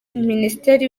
minisiteri